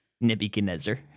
Nebuchadnezzar